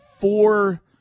four